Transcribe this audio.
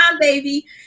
baby